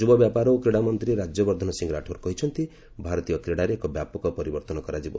ଯୁବ ବ୍ୟାପାର ଓ କ୍ରୀଡ଼ା ମନ୍ତ୍ରୀ ରାଜ୍ୟବର୍ଦ୍ଧନ ସିଂ ରାଠୋର୍ କହିଛନ୍ତି ଭାରତୀୟ କ୍ରୀଡ଼ାରେ ଏକ ବ୍ୟାପକ ପରିବର୍ତ୍ତନ କରାଯିବ